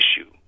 issue